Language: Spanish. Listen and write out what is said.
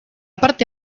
parte